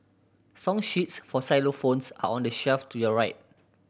song sheets for xylophones are on the shelf to your right